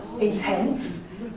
intense